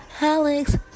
Alex